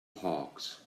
hawks